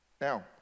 Now